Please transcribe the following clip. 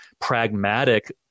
pragmatic